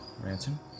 Ransom